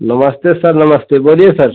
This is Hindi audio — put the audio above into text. नमस्ते सर नमस्ते बोलिए सर